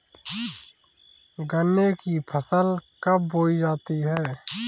गन्ने की फसल कब बोई जाती है?